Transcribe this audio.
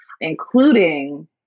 including